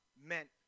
meant